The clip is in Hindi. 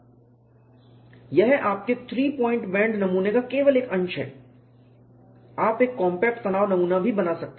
यह आपके थ्री पॉइंट बेंड नमूने का केवल एक अंश है आप एक कॉम्पैक्ट तनाव नमूना बना सकते हैं